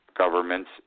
Governments